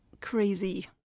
crazy